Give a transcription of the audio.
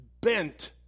bent